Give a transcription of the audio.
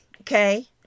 okay